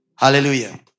Hallelujah